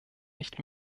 nicht